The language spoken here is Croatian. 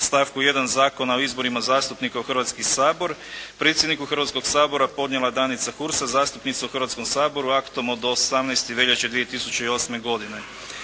stavku 1. Zakona o izborima zastupnika u Hrvatski sabor predsjedniku Hrvatskog sabora podnijela Danica Hursa, zastupnica u Hrvatskom saboru aktom od 18. veljače 2008. godine.